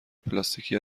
پلاستیکی